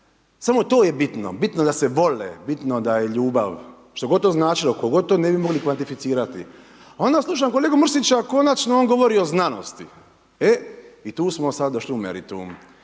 samo to je bitno, bitno da se vole, bitno da je ljubav, što god to značilo, ko god to ne bi mogli kvantificirati, a onda slušam kolegu Mrsića konačno on govori o znanosti. E i tu smo sad došli u meritum.